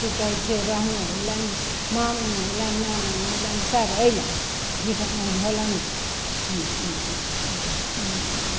कि कहै छै बहनोइ अएलनि मामा अएलनि नाना अएलनि सब अएलनि घी होलनि